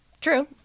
True